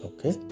Okay